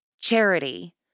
charity